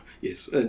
Yes